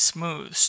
Smooth